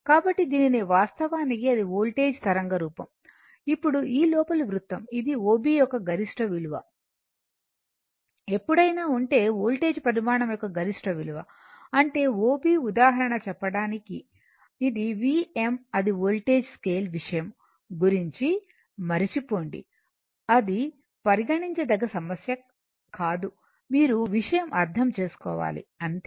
కాబట్టి దీనిని వాస్తవానికి ఇది వోల్టేజ్ తరంగ రూపం ఇప్పుడు ఈ లోపలి వృత్తం ఇది OB యొక్క గరిష్ట విలువ ఎప్పుడైనా ఉంటే వోల్టేజ్ పరిమాణం యొక్క గరిష్ట విలువ అంటే O B ఉదాహరణ చెప్పడానికి ఇది Vm ఇది వోల్టేజ్ స్కేల్ విషయం గురించి మరచిపోండిఅది పరిగణించదగ్గ సమస్య కాదు మీరు విషయం అర్థం చేసుకోవాలి అంతే